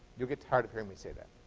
you'll get tired of hearing me say that.